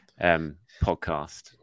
podcast